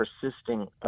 persisting